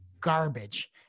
garbage